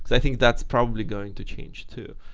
i think that's probably going to change too.